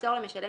הנוסח